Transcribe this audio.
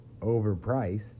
overpriced